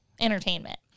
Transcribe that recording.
entertainment